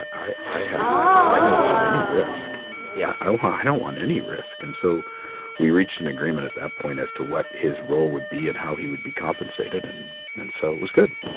i i have i don't want any risk yeah i don't want any risk. and so we reached an agreement at that point as to what his role would be and how he would be compensated, and and so it was good